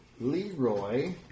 Leroy